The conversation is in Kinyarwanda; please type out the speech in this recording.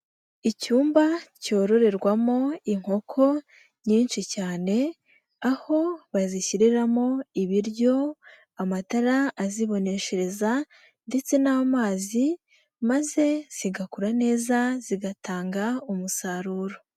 Icyumba cyororerwamo inkoko nyinshi cyane aho bazishyiriramo ibiryo, amatara aziboneshereza ndetse n'amazi maze zigakura neza zigatanga umusaruro.